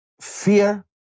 fear